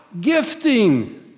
gifting